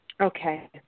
okay